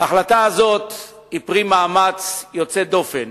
ההחלטה הזאת היא פרי מאמץ יוצא דופן